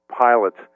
pilots